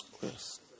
Yes